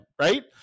right